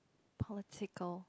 political